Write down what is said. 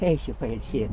eisiu pailsėt